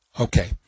Okay